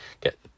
get